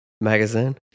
magazine